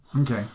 Okay